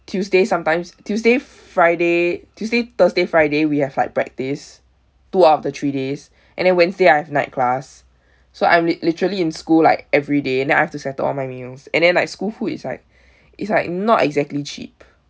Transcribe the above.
tuesday sometimes tuesday friday tuesday thursday friday we have like practice two out of the three days and then wednesday I have night class so I'm lit~ literally in school like everyday and then I've to settle my meals and then like school food is like is like not exactly cheap